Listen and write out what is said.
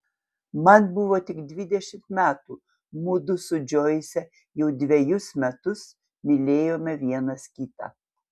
man buvo tik dvidešimt metų mudu su džoise jau dvejus metus mylėjome vienas kitą